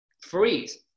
Freeze